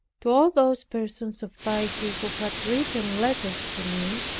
to all those persons of piety who had written letters to me,